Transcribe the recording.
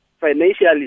financially